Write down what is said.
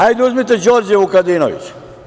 Hajde uzmite Đorđa Vukadinovića.